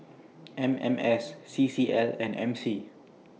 M M S C C L and M C